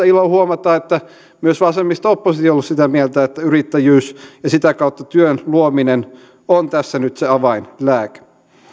ilo huomata että myös vasemmisto oppositio on ollut sitä mieltä että yrittäjyys ja sitä kautta työn luominen on tässä nyt se avainlääke